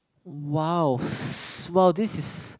!wow! !wow! this is